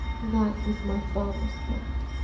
that was my father's fault.